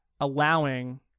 allowing